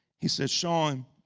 he says, shaun,